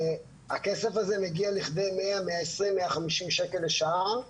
הכסף הזה מגיע לכדי 100, 120, 150 שקל לשעה.